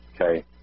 okay